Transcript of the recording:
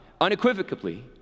unequivocally